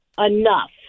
enough